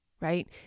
right